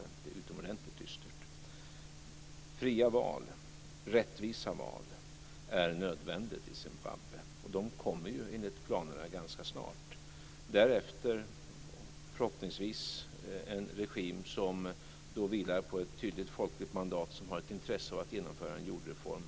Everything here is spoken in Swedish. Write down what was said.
Det är utomordentligt dystert. Fria, rättvisa val är nödvändiga i Zimbabwe. De kommer enligt planerna ganska snart. Därefter kommer det, förhoppningsvis, en regim som vilar på ett tydligt folkligt mandat och som har ett intresse av att genomföra en jordreform.